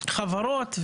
בחברות,